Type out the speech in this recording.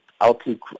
outlook